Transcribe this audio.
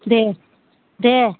दे दे